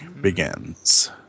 begins